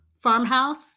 farmhouse